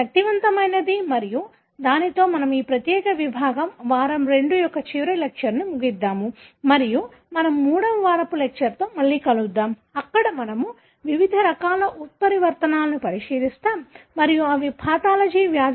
అది శక్తివంతమైనది మరియు దానితో మనము ఈ ప్రత్యేక విభాగం వారం II యొక్క చివరి లెక్చర్ ను ముగిద్దాము మరియు మేము మూడవ వారపు లెక్చర్ తో మళ్లీ కలుద్దాము అక్కడ మనము వివిధ రకాల ఉత్పరివర్తనాలను పరిశీలిస్తాము మరియు అవి పాథాలజీ